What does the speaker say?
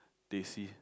Teh C